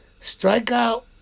strikeout